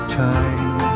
time